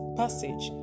passage